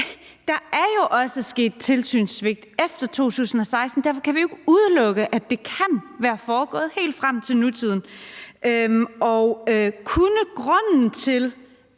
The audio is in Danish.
der er jo også sket tilsynssvigt efter 2016. Derfor kan vi jo ikke udelukke, at det kan være foregået helt frem til nutiden. Kunne det,